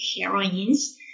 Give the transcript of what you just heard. heroines